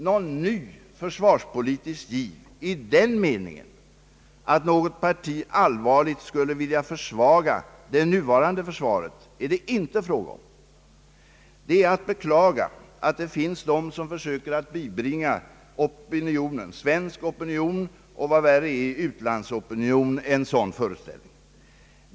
Någon ny försvarspolitisk giv i den meningen att något parti allvarligt skulle vilja försvaga det nuvarande försvaret är det inte fråga om. Det är att beklaga att det finns de som försöker bibringa opinionen — svensk opinion och, vad värre är, utlandsopinion en sådan föreställning.